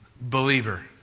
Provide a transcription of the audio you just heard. believer